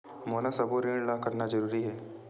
मोला सबो ऋण ला करना जरूरी हे?